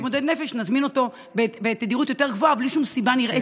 בגלל שהוא מתמודד נפש,